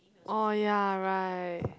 oh ya right